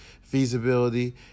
feasibility